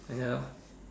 and then how